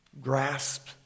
grasp